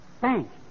Thanks